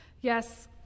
Yes